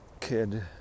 kid